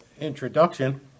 introduction